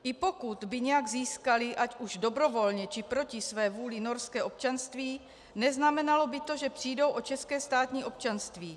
I pokud by nějak získali ať už dobrovolně, či proti své vůli norské občanství, neznamenalo by to, že přijdou o české státní občanství.